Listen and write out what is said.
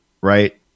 right